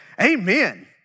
Amen